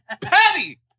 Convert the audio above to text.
Patty